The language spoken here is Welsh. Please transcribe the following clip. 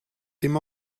dim